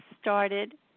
started